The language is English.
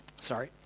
Sorry